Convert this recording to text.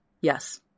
Yes